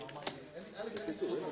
הישיבה